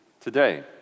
today